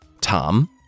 Tom